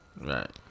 Right